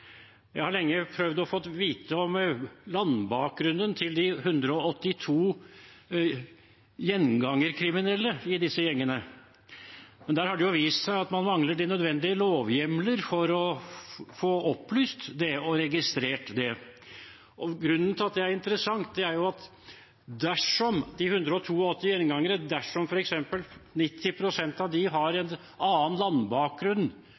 jeg lurer på om det er det? Jeg har lenge prøvd å få vite om landbakgrunnen til de 182 gjengangerkriminelle i disse gjengene. Det har vist seg at man mangler de nødvendige lovhjemler for å få opplyst og registrert det. Grunnen til at det er interessant, er at dersom f.eks. 90 pst. av de 182 gjengangerne har en annen landbakgrunn